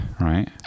right